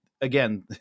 Again